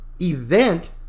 event